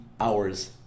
Hours